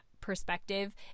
perspective